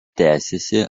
tęsiasi